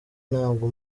ntabwo